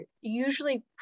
usually